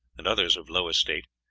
and others of low estate,